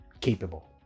capable